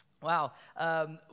Wow